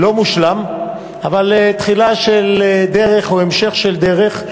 לא מושלם, אבל תחילה של דרך, או המשך של דרך: